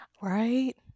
Right